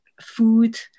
food